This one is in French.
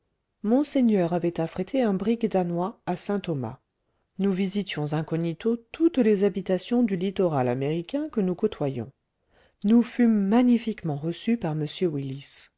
monseigneur avait affrété un brick danois à saint-thomas nous visitions incognito toutes les habitations du littoral américain que nous côtoyions nous fûmes magnifiquement reçus par m willis